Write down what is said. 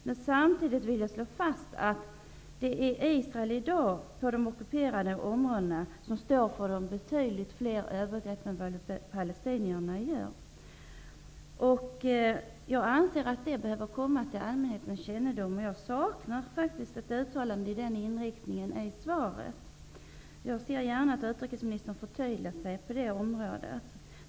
Men samtidigt vill jag slå fast att Israel i dag på de ockuperade områdena står för betydligt fler övergrepp än palestinierna. Jag anser att detta bör komma till allmänhetens kännedom, och jag saknar faktiskt ett uttalande med den inriktningen i svaret. Jag ser gärna att utrikesministern förtydligar sig i det avseendet.